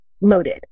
loaded